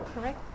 correct